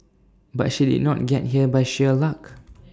but she did not get here by sheer luck